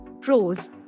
Pros